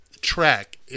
track